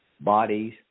bodies